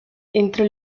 entre